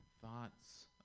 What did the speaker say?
thoughts